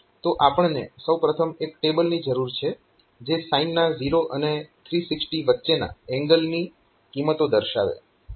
તો આપણને સૌપ્રથમ એક ટેબલની જરૂર છે જે સાઈનના 0 અને 360 વચ્ચેના એંગલ ની કિંમતો દર્શાવે